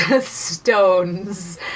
stones